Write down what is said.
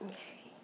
Okay